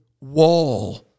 wall